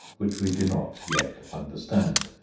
which we do not yet understand.